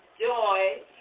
joy